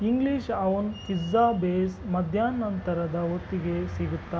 English oven pizza base ಮಧ್ಯಾಹ್ನ ನಂತರದ ಹೊತ್ತಿಗೆ ಸಿಗುತ್ತಾ